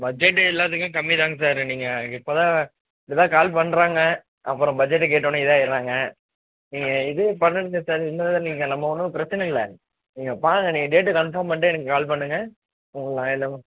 budget எல்லாத்துக்கும் கம்மி தாங்க சார் நீங்கள் இப்போ தான் இப்படி தான் கால் பண்ணுறாங்க அப்புறம் பட்ஜெட்டு கேட்டோன்னே இதாயிர்றாங்க நீங்கள் இது பண்ணுங்க சார் இன்னது நீங்கள் நம்ம ஒன்றும் பிரச்சின இல்லை நீங்கள் பாருங்க நீங்க டேட்டு கன்ஃபார்ம் பண்ணிட்டு எனக்கு கால் பண்ணுங்க உங்களுக்கு நான் எல்லாமே